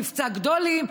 מבצע "גדולים",